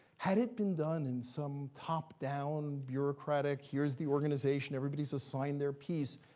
had it been done in some top-down bureaucratic, here's the organization, everybody's assigned their piece,